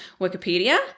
Wikipedia